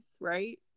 right